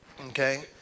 Okay